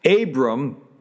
Abram